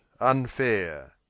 Unfair